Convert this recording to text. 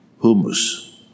humus